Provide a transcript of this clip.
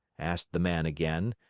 asked the man again,